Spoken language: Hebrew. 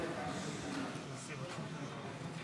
(חברי הכנסת מכבדים בקימה את יציאת נשיא המדינה ויושב-ראש הכנסת